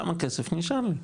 כמה כסף נשאר לי?